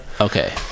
Okay